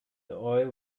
oil